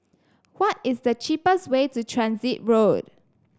why is the cheapest way to Transit Road